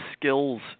skills